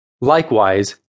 Likewise